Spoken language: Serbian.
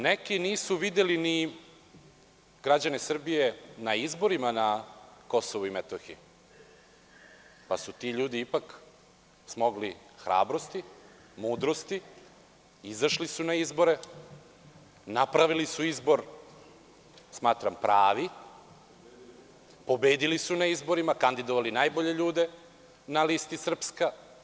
Neki nisu videli ni građane Srbije na izborima na Kosovu i Metohiji, pa su ti ljudi ipak smogli hrabrosti, mudrosti i izašli su na izbore, napravili su izbor, smatram pravi, pobedili su na izborima i kandidovali najbolje ljude na listi „Srpska“